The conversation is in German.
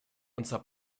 unser